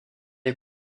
est